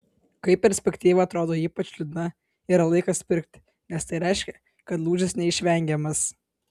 kai perspektyva atrodo ypač liūdna yra laikas pirkti nes tai reiškia kad lūžis neišvengiamas